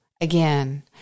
again